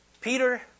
Peter